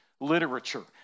literature